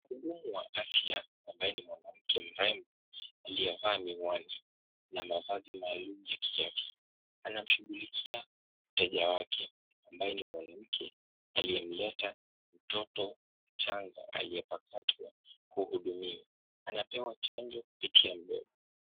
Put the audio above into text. Mhudumu wa afya ambaye ni mwanamke mrembo aliyevaa miwani na mavazi maalum ya kiafya. Anamshughulikia mteja wake ambaye ni mwanamke aliyemleta mtoto mchanga aliyepakatwa kuhudumiwa. Anapewa chanjo kupitia mdomo.